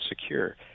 secure